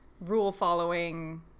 rule-following